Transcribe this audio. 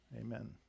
Amen